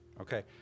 Okay